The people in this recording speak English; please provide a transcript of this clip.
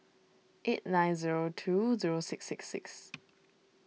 eight nine zero two zero six six six